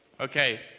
Okay